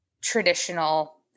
traditional